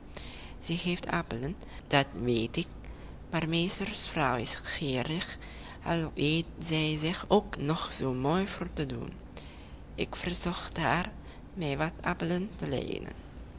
zij heeft appelen dat weet ik maar meesters vrouw is gierig al weet zij zich ook nog zoo mooi voor te doen ik verzocht haar mij wat appelen